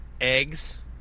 eggs